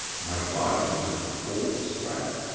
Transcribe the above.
my body was in a cold sweat.